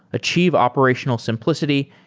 achieve operational simplicity,